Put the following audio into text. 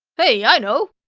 hey i know!